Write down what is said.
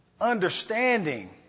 understanding